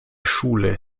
schule